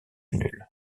nul